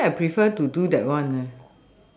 I think I prefer to do that one leh